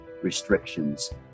restrictions